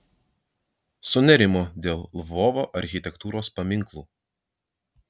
sunerimo dėl lvovo architektūros paminklų